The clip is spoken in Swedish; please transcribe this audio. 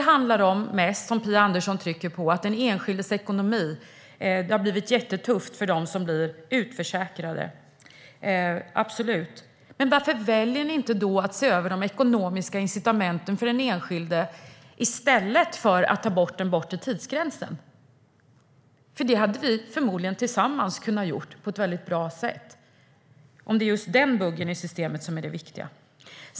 Phia Andersson trycker på den enskildes ekonomi och att det har blivit tufft för dem som är utförsäkrade. Varför väljer ni då inte att se över de ekonomiska incitamenten för den enskilde i stället för att ta bort den bortre tidsgränsen? Det hade vi förmodligen kunnat göra tillsammans på ett bra sätt - om det är just den buggen i systemet som är den viktiga.